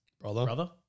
brother